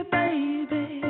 baby